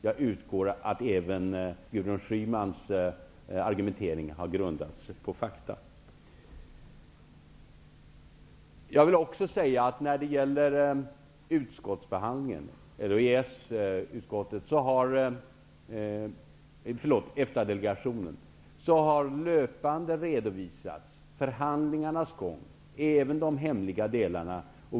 Jag utgår ifrån att även Gudrun Schymans argumentering har grundat sig på fakta. Jag vill också säga att EFTA-delegationen löpande har redovisat förhandlingarnas gång, även de hemliga delarna.